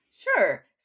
Sure